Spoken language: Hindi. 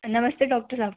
नमस्ते डॉक्टर साहब